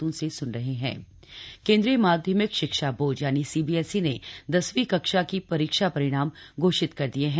CBSE केंद्रीय माध्यमिक शिक्षा board C B S E ने दसवीं कक्षा की परीक्षा परिणाम घोषित कर दिए हैं